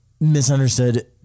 Misunderstood